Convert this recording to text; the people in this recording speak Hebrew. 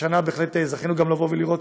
שהשנה בהחלט זכינו לראות